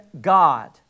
God